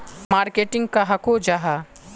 Marketing कहाक को जाहा?